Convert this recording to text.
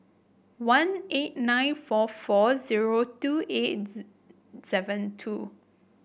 one eight nine four four zero two eight seven two